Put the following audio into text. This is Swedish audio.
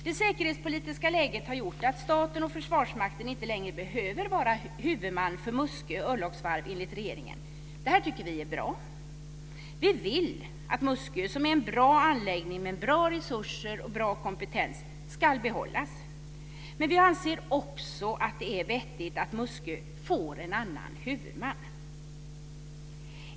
Det säkerhetspolitiska läget har gjort att staten och Försvarsmakten inte längre behöver vara huvudman för Muskö örlogsvarv enligt regeringen. Det tycker vi är bra. Vi vill att Muskö som är en bra anläggning med bra resurser och bra kompetens ska behållas. Men vi anser också att det är vettigt att Muskö får en annan huvudman.